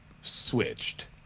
switched